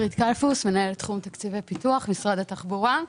מנהלת תחום תקציבי פיתוח, משרד התחבורה.